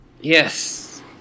Yes